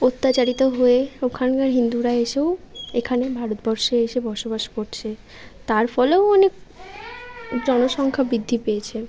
অত্যাচারিত হয়ে ওখানকার হিন্দুরা এসেও এখানে ভারতবর্ষে এসে বসবাস করছে তার ফলেও অনেক জনসংখ্যা বৃদ্ধি পেয়েছে